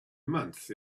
month